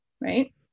right